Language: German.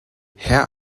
herr